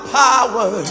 power